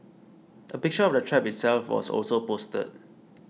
a picture of the trap itself was also posted